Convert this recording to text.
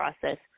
process